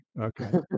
Okay